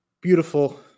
beautiful